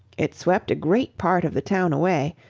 it swept great part of the town away,